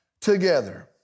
together